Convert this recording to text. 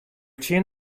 tsjin